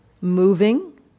moving